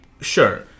Sure